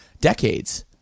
decades